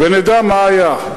ונדע מה היה.